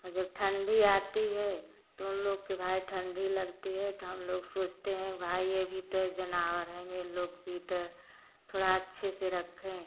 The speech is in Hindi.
और जब ठंडी आती है तो उन लोग के भाई ठंडी लगती है तो हम लोग सोचते हैं कि भाई ये भी तो जानवर हैं ये लोग भी तो थोड़ा अच्छे से रखें